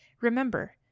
Remember